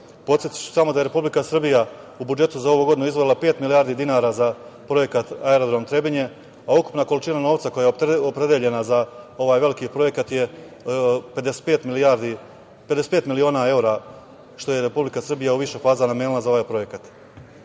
robe. Podsetiću samo da je Republika Srbija u budžetu za ovu godinu izdvojila pet milijardi dinara za projekat aerodrom „Trebinje“, a ukupna količina novca koja je opredeljena za ovaj veliki projekat je 55 miliona evra, što je Republika Srbija u više faza namenila za ovaj projekat. Ne